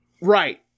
Right